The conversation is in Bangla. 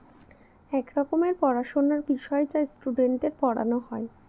এক রকমের পড়াশোনার বিষয় যা স্টুডেন্টদের পড়ানো হয়